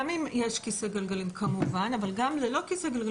גם אם יש כיסא גלגלים כמובן אבל גם ללא כיסא גלגלים